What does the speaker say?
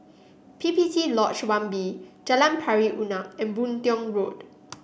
P P T Lodge One B Jalan Pari Unak and Boon Tiong Road